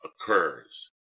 occurs